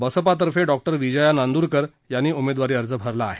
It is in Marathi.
बसपातर्फे डॉ विजया नांदुरकर यांनी उमेदवारी अर्ज भरला आहे